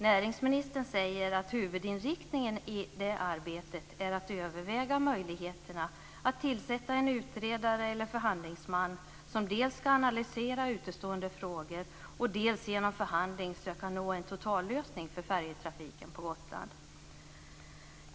Näringsministern säger att huvudinriktningen i detta arbete är att överväga möjligheterna att tillsätta en utredare eller förhandlingsman som dels ska analysera utestående frågor, dels genom förhandlingar söka nå en totallösning för färjetrafiken till och från Gotland.